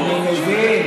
אני מבין,